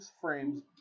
frames